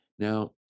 Now